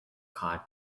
car